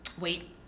Wait